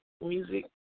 music